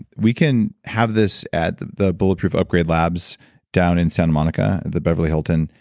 we can have this at the the bulletproof upgraded labs down in santa monica, the beverly hilton.